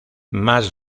más